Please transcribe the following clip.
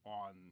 on